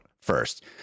first